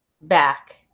back